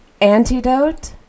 Antidote